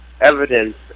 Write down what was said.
evidence